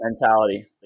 mentality